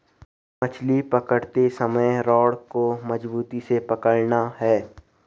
मछली पकड़ते समय रॉड को मजबूती से पकड़ना है